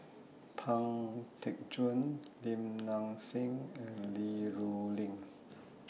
Pang Teck Joon Lim Nang Seng and Li Rulin